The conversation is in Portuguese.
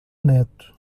neto